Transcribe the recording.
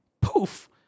poof